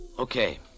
Okay